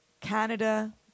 Canada